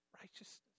righteousness